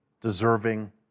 deserving